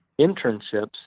internships